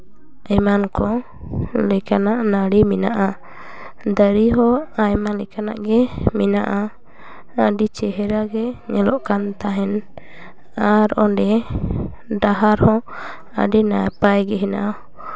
ᱮᱢᱟᱱ ᱠᱚ ᱞᱮᱠᱟᱱᱟᱜ ᱱᱟᱹᱲᱤ ᱢᱮᱱᱟᱜᱼᱟ ᱫᱟᱨᱮ ᱦᱚᱸ ᱟᱭᱢᱟ ᱞᱮᱠᱟᱱᱟᱜ ᱜᱮ ᱢᱮᱱᱟᱜᱼᱟ ᱟᱹᱰᱤ ᱪᱮᱦᱨᱟ ᱜᱮ ᱧᱮᱞᱚᱜ ᱠᱟᱱ ᱛᱟᱦᱮᱱ ᱟᱨ ᱚᱰᱮ ᱰᱟᱦᱟᱨ ᱦᱚᱸ ᱟᱹᱰᱤ ᱱᱟᱯᱟᱭ ᱜᱮ ᱦᱮᱱᱟᱜᱼᱟ